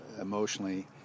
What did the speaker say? emotionally